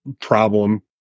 problem